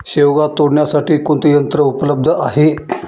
शेवगा तोडण्यासाठी कोणते यंत्र उपलब्ध आहे?